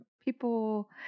people